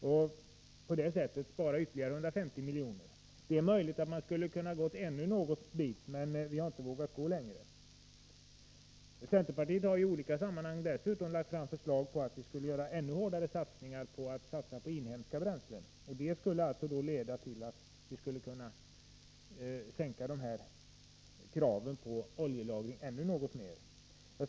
och på det sättet spara ytterligare 150 miljoner. Det är möjligt att man skulle kunna minska inköpen ännu något mer, men vi har inte vågat gå längre. Centerpartiet har dessutom i olika sammanhang lagt fram förslag om större satsningar på inhemska bränslen. Också det skulle kunna leda till att vi kan sänka kraven på oljelagring ännu något mer. Herr talman!